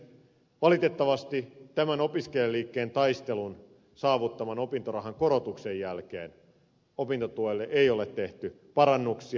valitettavasti tämän opiskelijaliikkeen taistelun saavuttaman opintorahan korotuksen jälkeen opintotuelle ei ole tehty parannuksia